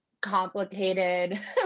complicated